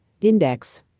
Index